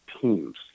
teams